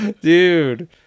dude